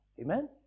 Amen